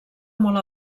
molt